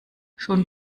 schon